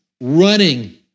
running